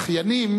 הזכיינים,